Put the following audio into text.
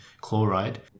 chloride